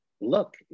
look